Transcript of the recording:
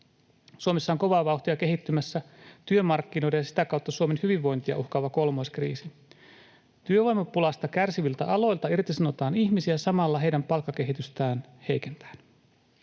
Suomessa on kovaa vauhtia kehittymässä työmarkkinoiden ja sitä kautta Suomen hyvinvointia uhkaava kolmoiskriisi. Työvoimapulasta kärsiviltä aloilta irtisanotaan ihmisiä samalla heidän palkkakehitystään heikentäen.